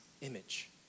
image